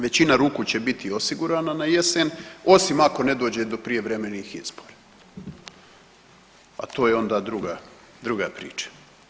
Većina ruku će biti osigurana na jesen osim ako ne dođe do prijevremenih izbora, a to je onda druga priča.